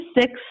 six